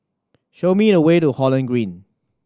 show me the way to Holland Green